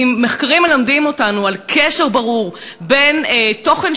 ואם מחקרים מלמדים אותנו על קשר ברור בין תוכן